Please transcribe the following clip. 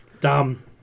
Dumb